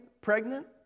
pregnant